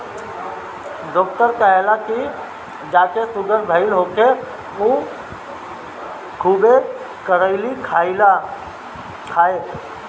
doctor कहेला की जेके सुगर भईल होखे उ खुबे करइली खाए